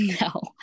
No